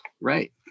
right